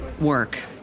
work